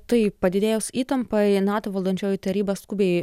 tai padidėjus įtampai nato valdančioji taryba skubiai